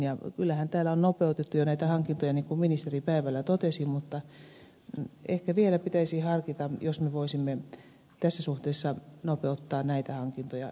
ja kyllähän täällä on nopeutettu jo näitä hankintoja niin kuin ministeri päivällä totesi mutta ehkä vielä pitäisi harkita jos me voisimme tässä suhteessa nopeuttaa näitä hankintoja esittämälläni tavalla